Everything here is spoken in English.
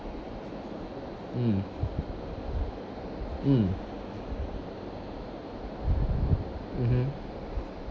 mm mm mmhmm